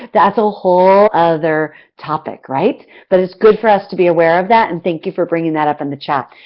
that's a whole other topic, right? but it's good for us to be aware of that and thank you for bringing that up in the chat.